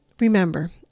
Remember